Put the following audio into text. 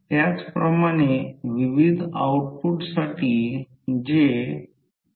44 f N ∅max हे व्होल्टेजचे RMS मूल्य आहे कारण ही संज्ञा √2 ने विभाजित आहे